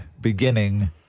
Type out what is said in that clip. beginning